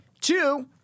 Two